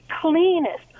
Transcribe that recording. cleanest